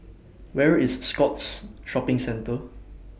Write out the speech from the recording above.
Where IS Scotts Shopping Centre